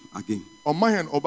again